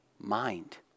mind